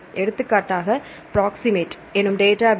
எடுத்துக்காட்டாக பிராக்ஸிமேட் எனும் டேட்டாபேஸ்